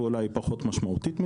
ואולי משמעותית פחות מזה,